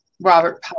Robert